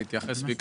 אני אתייחס בקצרה.